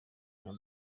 nka